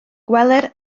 gweler